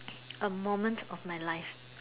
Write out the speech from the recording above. a moment of my life